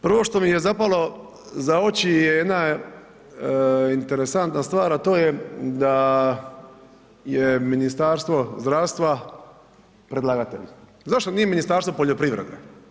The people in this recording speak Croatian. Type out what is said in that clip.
Prvo što mi je zapalo za oči je jedna interesantna stvar a to je da je Ministarstvo zdravstva predlagatelj, zašto nije Ministarstvo poljoprivrede?